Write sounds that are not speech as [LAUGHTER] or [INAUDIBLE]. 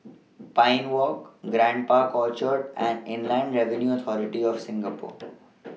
[NOISE] Pine Walk Grand Park Orchard and Inland Revenue Authority of Singapore